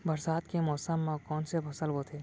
बरसात के मौसम मा कोन से फसल बोथे?